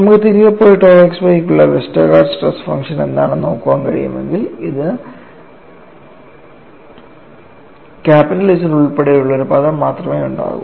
നമുക്ക് തിരികെ പോയി tau xy യ്ക്കുള്ള വെസ്റ്റർഗാർഡ് സ്ട്രെസ് ഫംഗ്ഷൻ എന്താണെന്ന് നോക്കാൻ കഴിയുമെങ്കിൽ ഇതിന് ക്യാപിറ്റൽ Z ഉൾപ്പെടുന്ന ഒരു പദം മാത്രമേ ഉണ്ടാകൂ